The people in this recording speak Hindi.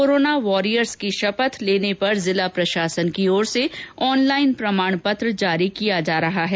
कोरोना वारियर्स की शपथ लेने पर जिला प्रशासन की ओर से ऑनलाइन प्रमाण पत्र जारी किया जा रहा है